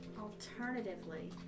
Alternatively